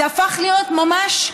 זה הפך להיות ממש מסע.